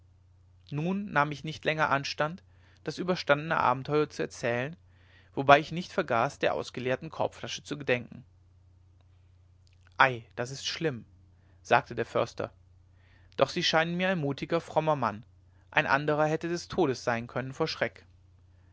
nun nahm ich nicht länger anstand das überstandene abenteuer zu erzählen wobei ich nicht vergaß der ausgeleerten korbflasche zu gedenken ei das ist schlimm sagte der förster doch sie scheinen mir ein mutiger frommer mann ein anderer hätte des todes sein können vor schreck